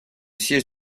siège